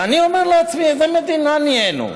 ואני אומר לעצמי: איזה מדינה נהיינו?